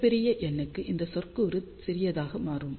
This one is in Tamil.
மிகப் பெரிய n க்கு இந்த சொற்கூறு சிறியதாக மாறும்